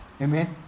Amen